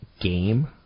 game